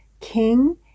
king